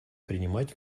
принимать